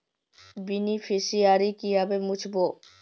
Beneficiary কিভাবে মুছব?